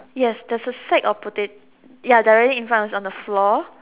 yes there's a sack of potatoes yes directly in front it's on the floor